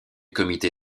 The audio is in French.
comité